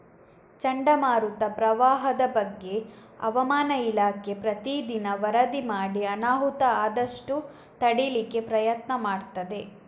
ಚಂಡಮಾರುತ, ಪ್ರವಾಹದ ಬಗ್ಗೆ ಹವಾಮಾನ ಇಲಾಖೆ ಪ್ರತೀ ದಿನ ವರದಿ ಮಾಡಿ ಅನಾಹುತ ಆದಷ್ಟು ತಡೀಲಿಕ್ಕೆ ಪ್ರಯತ್ನ ಮಾಡ್ತದೆ